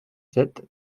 sept